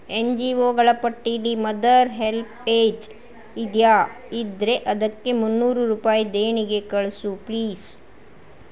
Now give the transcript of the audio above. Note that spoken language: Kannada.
ಎನ್ ಜಿ ಒಗಳ ಪಟ್ಟಿಲಿ ಮದರ್ ಹೆಲ್ಪ್ ಏಜ್ ಇದೆಯಾ ಇದ್ದರೆ ಅದಕ್ಕೆ ಮುನ್ನೂರು ರೂಪಾಯಿ ದೇಣಿಗೆ ಕಳಿಸು ಪ್ಲೀಸ್